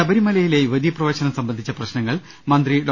ശബരിമലയിലെ യുവതീപ്രവേ ശനം സംബന്ധിച്ച പ്രശ്നങ്ങൾ മന്ത്രി ഡോ